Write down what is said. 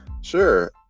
Sure